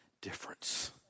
difference